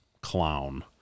clown